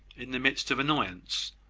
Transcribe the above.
in the midst of annoyance,